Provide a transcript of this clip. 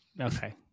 Okay